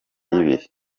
y’ibihe